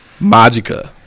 Magica